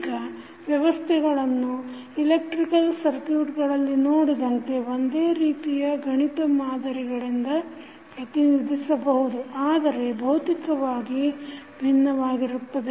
ಈಗ ವ್ಯವಸ್ಥೆಗಳನ್ನು ಇಲೆಕ್ಟ್ರಿಕ್ ಸರ್ಕುಟ್ಗಳಲ್ಲಿ ನೋಡಿದಂತೆ ಒಂದೇ ರೀತಿಯ ಗಣಿತ ಮಾದರಿಗಳಿಂದ ಪ್ರತಿನಿಧಿಸಬಹುದು ಆದರೆ ಭೌತಿಕವಾಗಿ ವಿಭಿನ್ನವಾಗಿರುತ್ತವೆ